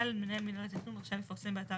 (ד) מנהל מינהל התכנון רשאי לפרסם באתר